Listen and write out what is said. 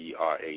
ERA